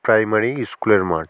primary স্কুলের মাঠ